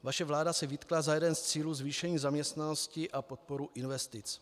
Vaše vláda si vytkla za jeden z cílů zvýšení zaměstnanosti a podporu investic.